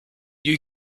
you